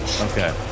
Okay